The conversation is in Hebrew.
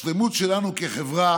השלמות שלנו כחברה